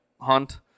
hunt